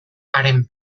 haren